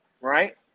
right